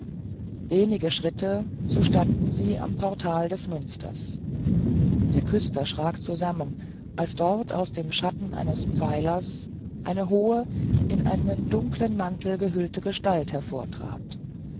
wenige schritte so standen sie am portal des münsters der küster schrak zusammen als dort aus dem schatten eines pfeilers eine hohe in einen dunklen mantel gehüllte gestalt hervortrat